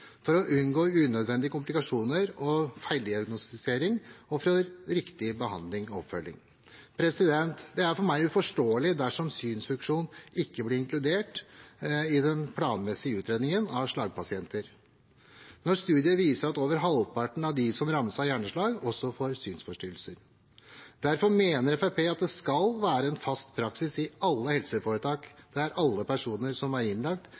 for å unngå unødvendige komplikasjoner og feildiagnostisering og for å få riktig behandling og oppfølging. Det er for meg uforståelig dersom synsfunksjon ikke blir inkludert i den planmessige utredningen av slagpasienter, når studier viser at over halvparten av dem som rammes av hjerneslag, også får synsforstyrrelser. Derfor mener Fremskrittspartiet at det skal være en fast praksis i alle helseforetak at alle personer som er